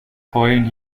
heulen